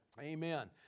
Amen